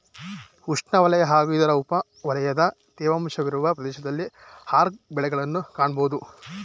ಉಷ್ಣವಲಯ ಹಾಗೂ ಇದರ ಉಪವಲಯದ ತೇವಾಂಶವಿರುವ ಪ್ರದೇಶದಲ್ಲಿ ಆರ್ಕ ಬೆಳೆಗಳನ್ನ್ ಕಾಣ್ಬೋದು